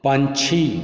ਪੰਛੀ